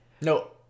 No